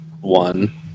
one